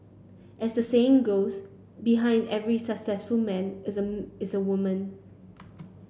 as the saying goes Behind every successful man is is a woman